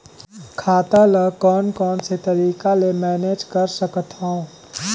खाता ल कौन कौन से तरीका ले मैनेज कर सकथव?